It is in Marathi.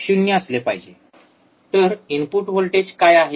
तर इनपुट व्होल्टेज काय आहे